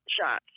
shots